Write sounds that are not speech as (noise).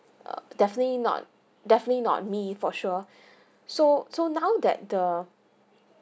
uh definitely not definitely not me for sure (breath) so so now that the